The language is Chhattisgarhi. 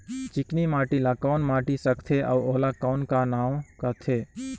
चिकनी माटी ला कौन माटी सकथे अउ ओला कौन का नाव काथे?